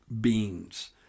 beings